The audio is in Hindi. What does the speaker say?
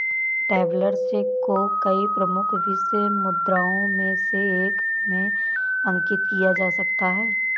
ट्रैवेलर्स चेक को कई प्रमुख विश्व मुद्राओं में से एक में अंकित किया जा सकता है